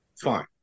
fine